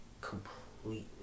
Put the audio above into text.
completely